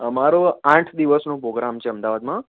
અમારો આઠ દિવસનો પોગ્રામ છે અમદાવાદમાં